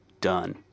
done